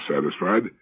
satisfied